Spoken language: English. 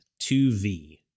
2V